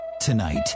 Tonight